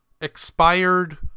expired